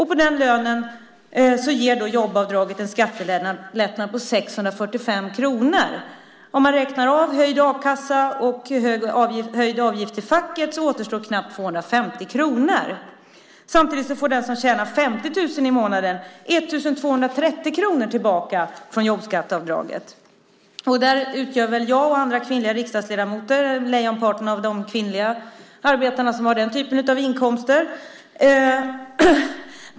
På den lönen ger jobbavdraget en skattelättnad på 645 kronor. Om man räknar av höjd a-kasseavgift och höjd avgift till facket återstår knappt 250 kronor. Samtidigt får den som tjänar 50 000 kronor i månaden 1 230 kronor tillbaka från jobbskatteavdraget. Där utgör väl jag och andra kvinnliga riksdagsledamöter lejonparten av de kvinnliga arbetarna som har den typen av inkomster.